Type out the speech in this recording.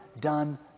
done